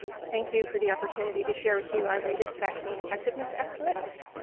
thank you for the opportunity to share with you our latest vaccine effectiveness estimates.